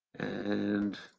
and